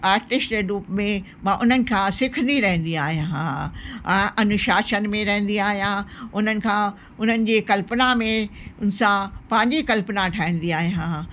artist जे रूप में मां उन्हनि खां सिखंदी रहंदी आहियां ऐं अनुशासन में रहंदी आहियां उन्हनि खां उन्हनि जी कल्पना में हुन सां पंहिंजी कल्पना ठाहींदी आहियां